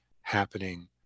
happening